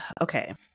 Okay